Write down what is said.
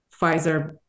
Pfizer